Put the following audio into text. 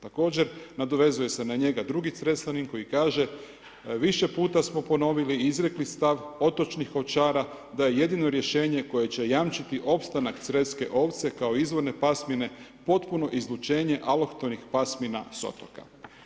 Također, nadovezuje se na njega drugi Cresanin koji kaže, više puta smo ponovili, izrekli stav, otočnih ovčara da je jedino rješenje koje će jamčiti opstanak creske ovce kao izvorne pasmine, potpuno izlučenje alohtonih pasmina s otoka.